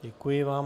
Děkuji vám.